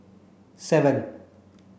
seven